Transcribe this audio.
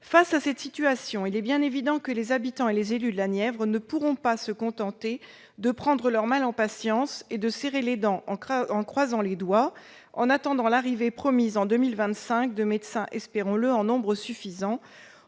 Face à cette situation, il est bien évident que les habitants et les élus de la Nièvre ne pourront pas se contenter de prendre leur mal en patience et de serrer les dents, les doigts croisés, en attendant l'arrivée promise en 2025 de médecins, espérons-le, en nombre suffisant,